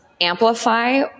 amplify